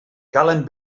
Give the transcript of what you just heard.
calen